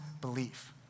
belief